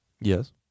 Yes